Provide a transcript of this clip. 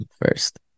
first